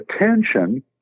attention